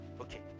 Okay